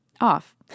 off